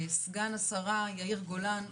סגן השרה יאיר גולן,